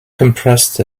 compressed